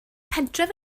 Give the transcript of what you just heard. pentref